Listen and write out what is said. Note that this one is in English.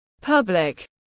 public